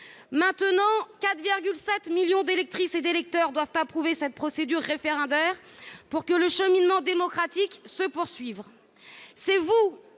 Maintenant, 4,7 millions d'électrices et d'électeurs doivent approuver cette procédure référendaire pour que le cheminement démocratique se poursuive.